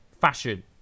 Fashion